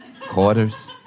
Quarters